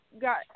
got